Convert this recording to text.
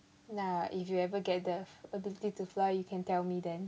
nah if you ever get that ability to fly you can tell me then